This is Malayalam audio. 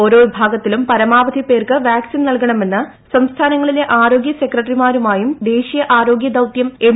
ഓരോ വിഭാഗത്തിലും പരമാവധി പേർക്ക് വാക്സിൻ നൽകണമെന്ന് സംസ്ഥാനങ്ങളിലെ ആരോഗ്യസെക്രട്ടറി മാരുമായും ദേശീയ ആരോഗൃ ദൌതൃം എം